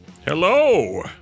Hello